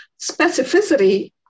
Specificity